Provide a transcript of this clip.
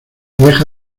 deja